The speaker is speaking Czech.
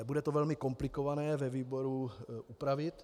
Bude to velmi komplikované ve výboru upravit.